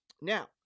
Now